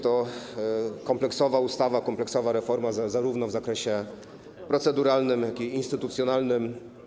To kompleksowa ustawa, kompleksowa reforma w zakresie zarówno proceduralnym, jak i instytucjonalnym.